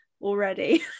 already